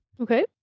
Okay